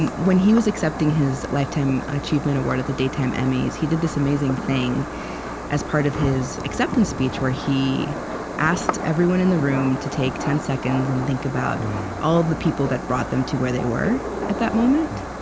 and when he was accepting his lifetime achievement award at the daytime emmys, he did this amazing thing as part of his acceptance speech where he asked everyone in the room to take ten seconds and think about all of the people that brought them to where they were at that moment.